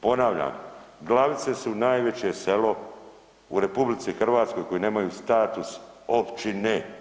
Ponavljam Glavice su najveće selo u RH koje nemaju status općine.